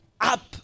up